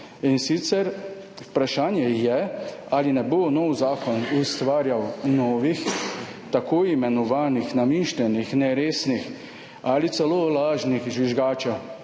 širino. Vprašanje je, ali ne bo nov zakon ustvarjal novih tako imenovanih namišljenih, neresnih ali celo lažnih žvižgačev.